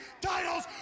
Titles